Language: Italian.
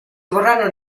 vorranno